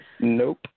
Nope